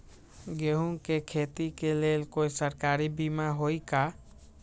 गेंहू के खेती के लेल कोइ सरकारी बीमा होईअ का?